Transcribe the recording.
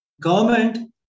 government